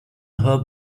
her